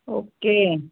okay